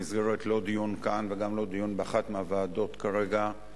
במסגרת דיון כאן וגם לא בדיון באחת מהוועדות כרגע.